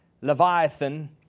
Leviathan